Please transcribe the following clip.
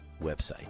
website